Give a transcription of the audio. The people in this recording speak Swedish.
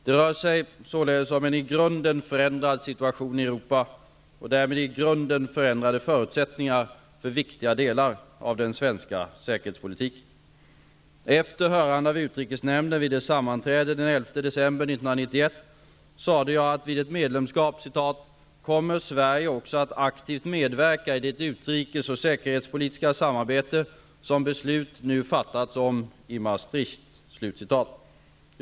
Det rör sig således om en i grunden förändrad situation i Europa, och därmed i grunden förändrade förutsättningar för viktiga delar av den svenska säkerhetspolitiken. Efter hörande av utrikesnämnden vid dess sammanträde den 11 december 1991 sade jag, att vid ett medlemskap ''kommer Sverige också att aktivt medverka i det utrikes och säkerhetspolitiska samarbete som beslut nu fattats om i Maastricht''.